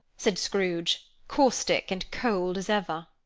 said scrooge, caustic and cold as ever.